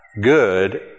good